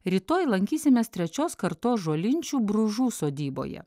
rytoj lankysimės trečios kartos žolinčių bružų sodyboje